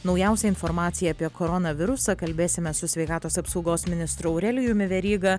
naujausia informacija apie koronavirusą kalbėsimės su sveikatos apsaugos ministru aurelijumi veryga